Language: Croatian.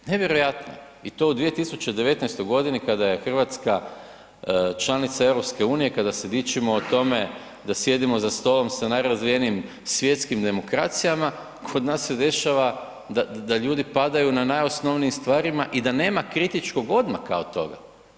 Nevjerojatno, i to u 2019. godini kada je Hrvatska članica EU, kada se dičimo o tome da sjedimo za stolom sa najrazvijenijim svjetskih demokracijama, kod nas se dešava da ljudi padaju na najosnovnijim stvarima i da nema kritičkog odmaka od toga.